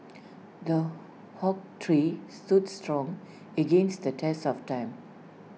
the oak tree stood strong against the test of time